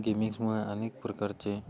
गेमिंग्समुळे अनेक प्रकारचे